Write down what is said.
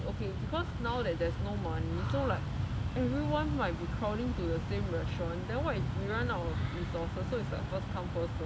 okay because now there is no money so like everyone might be crowding to the same restaurant then what if we run out of resources so is like first come first serve lah